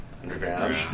Underground